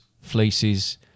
fleeces